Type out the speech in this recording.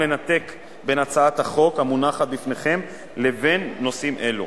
לנתק בין הצעת החוק המונחת לפניכם לבין נושאים אלו.